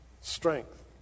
strength